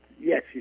Yes